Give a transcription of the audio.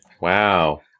Wow